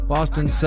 Boston